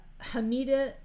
Hamida